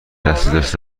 دسترسی